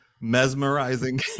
Mesmerizing